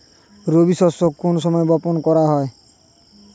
রবি শস্য কোন সময় বপন করা হয়?